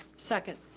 second.